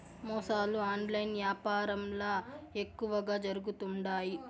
మోసాలు ఆన్లైన్ యాపారంల ఎక్కువగా జరుగుతుండాయి